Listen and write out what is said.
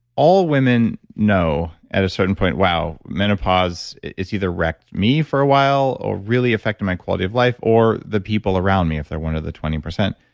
all women know at a certain point, wow menopause, it's either wrecked me for a while or really affected my quality of life or the people around me, if they're one of the twenty percent.